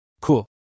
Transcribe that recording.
Cool